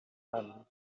hand